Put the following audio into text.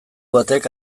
batek